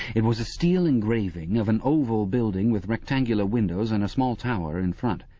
it was a steel engraving of an oval building with rectangular windows, and a small tower in front.